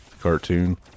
cartoon